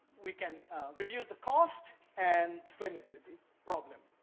we can reduce the cost and the flammability problem.